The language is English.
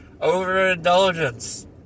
overindulgence